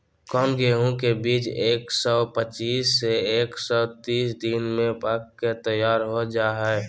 कौन गेंहू के बीज एक सौ पच्चीस से एक सौ तीस दिन में पक के तैयार हो जा हाय?